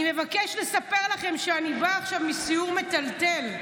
אני מבקש לספר לכם שאני בא עכשיו מסיור מטלטל,